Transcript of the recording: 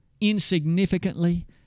insignificantly